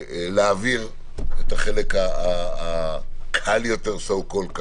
להעביר את החלק הקל יותר כביכול.